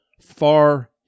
far